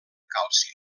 calci